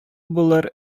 булыр